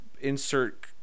Insert